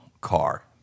car